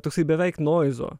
toksai beveik noizo